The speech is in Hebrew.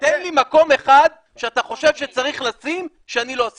לא יכול להוציא מי שלא מוכן לצאת מהבית